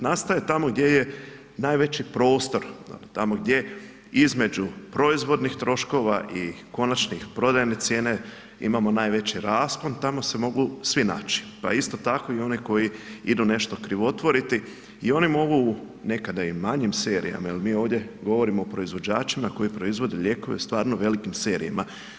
Nastaje tamo gdje je najveći prostor, tamo gdje, između proizvodnih troškova i konačnih, prodajne cijene imamo najveći raspon, tamo se mogu svi naći pa isto tako i oni koji idu nešto krivotvoriti i oni mogu, nekada i u manjim serijama jer mi ovdje govorimo o proizvođačima, koji proizvode lijekove stvarno velikim serijama.